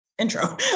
intro